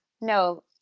no